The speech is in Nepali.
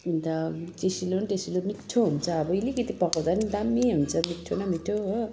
अन्त टेसिलो न टोसिलो मिठो हुन्छ अब अलिकति पकाउँदा दामी हुन्छ मिठो न मिठो हो